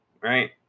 right